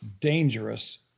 dangerous